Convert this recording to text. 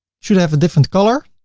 should have a different color.